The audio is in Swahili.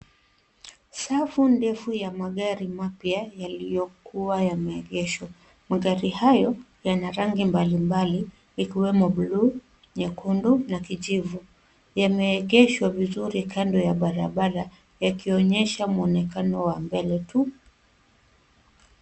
Safu ndefu ya magari mapya yaliyokuwa yameegeshwa, magari hayo yana rangi mbalimbali ikiwemo buluu, nyekundu na kijivu yameegeshwa vizuri kando ya barabara yakionyesha mwonekano wa mbele tu.